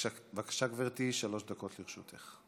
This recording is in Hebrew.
בבקשה, גברתי, שלוש דקות לרשותך.